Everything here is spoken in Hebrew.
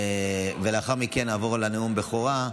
ולאחר מכן נעבור לנאום בכורה.